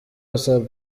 basaba